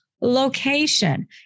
location